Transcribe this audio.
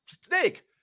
Snake